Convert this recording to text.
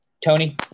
Tony